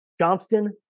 Johnston